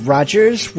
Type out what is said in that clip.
Rogers